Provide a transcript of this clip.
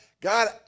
God